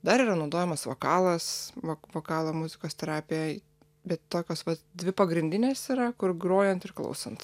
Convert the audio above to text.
dar yra naudojamas vokalas vo vokalo muzikos terapija bet tokios dvi pagrindinės yra kur grojant ir klausant